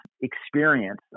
experience